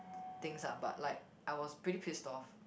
things ah but like I was pretty pissed off